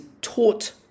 taught